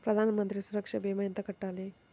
ప్రధాన మంత్రి సురక్ష భీమా ఎంత కట్టాలి?